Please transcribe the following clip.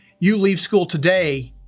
you leave school today,